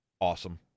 awesome